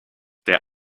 der